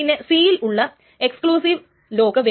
അത് data commit ആകുന്നതുവരെ കാത്തിരിക്കുന്നു